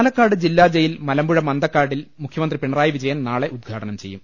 പാലക്കാട് ജില്ലാ ജയിൽ മലമ്പുഴ മന്തക്കാടിൽ മുഖ്യമന്ത്രി പിണറായി വിജയൻ നാളെ ഉൽഘാടനം ചെയ്യും